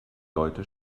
leute